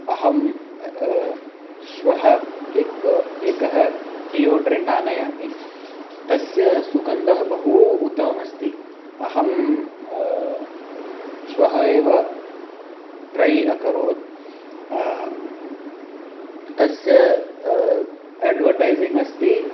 अहं श्वः एकम् एकः डियोड्रेण्ट् आनयामि तस्य सुगन्धः बहु उत्तमम् अस्ति अहं श्वः एव ट्रै अकरोत् तस्य अड्वटैसिङ्ग् अस्ति